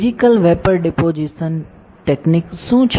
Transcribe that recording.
physical vapour deposition તકનીકીઓ શું છે